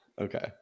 Okay